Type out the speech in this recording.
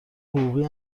حقوقی